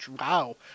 wow